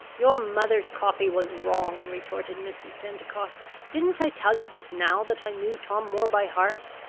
your mother's copy was wrong, retorted mrs. pentecost. didn't i tell you just now that i knew tom moore by heart?